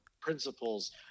principles